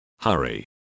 Hurry